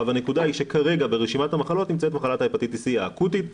הנקודה היא שכרגע ברשימת המחלות נמצאת מחלת ההפטיטיס סי האקוטית,